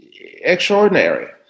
extraordinary